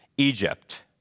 Egypt